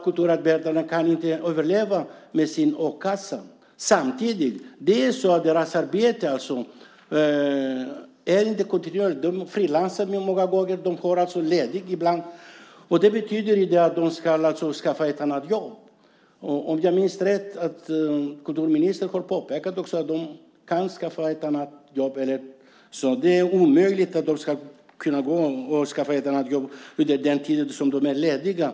Kulturarbetarna kan inte överleva med sin a-kassa. Deras arbete är inte kontinuerligt. De frilansar många gånger. De har alltså ledigt ibland. Det betyder att de måste skaffa ett annat jobb. Om jag minns rätt har kulturministern också påpekat att de kan skaffa ett annat jobb. Det är omöjligt för dem att skaffa ett annat jobb under den tid som de är lediga.